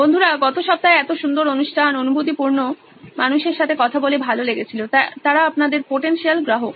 বন্ধুরা গত সপ্তাহে এত সুন্দর অনুষ্ঠান অনুভূতি পূর্ণ মানুষের সাথে কথা বলে ভালো লেগেছিল তারা আপনাদের পোটেনশিয়াল গ্রাহক